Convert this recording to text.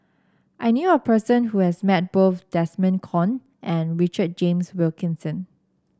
I knew a person who has met both Desmond Kon and Richard James Wilkinson